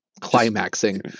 Climaxing